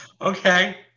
Okay